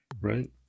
Right